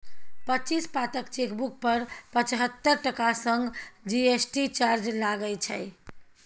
पच्चीस पातक चेकबुक पर पचहत्तर टका संग जी.एस.टी चार्ज लागय छै